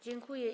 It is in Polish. Dziękuję.